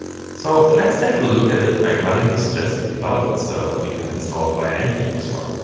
so let's take a look at it by running the suggested development server we can install via npm as well.